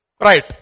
Right